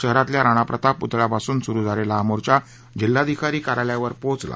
शहरातल्या राणा प्रताप पुतळ्यापासून सुरु झालेला हा मोर्चा जिल्हाधिकारी कार्यालयावर पोहचला